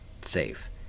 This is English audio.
safe